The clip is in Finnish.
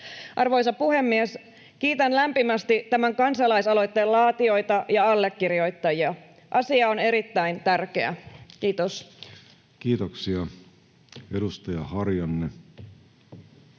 Arvoisa puhemies! Kiitän lämpimästi tämän kansalaisaloitteen laatijoita ja allekirjoittajia. Asia on erittäin tärkeä. — Kiitos. Kiitoksia. — Edustaja Harjanne,